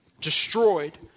destroyed